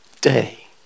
Day